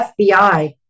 FBI